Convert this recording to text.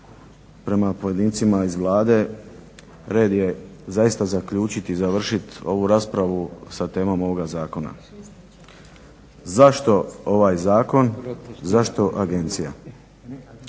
prema pojedincima iz Vlade red je zaista zaključit i završit ovu raspravu sa temom ovoga zakona. Zašto ovaj zakon, zašto agencija?